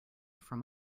from